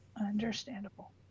Understandable